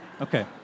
Okay